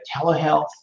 telehealth